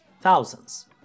thousands